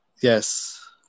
Yes